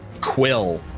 Quill